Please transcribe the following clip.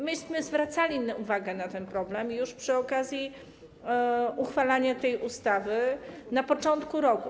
My zwracaliśmy uwagę na ten problem już przy okazji uchwalania tej ustawy na początku roku.